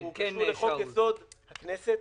הוא קשור לחוק-יסוד: הכנסת,